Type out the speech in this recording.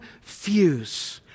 fuse